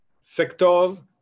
sectors